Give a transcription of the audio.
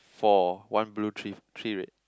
for one blue three three red